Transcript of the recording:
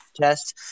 test